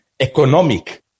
Economic